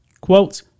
Quote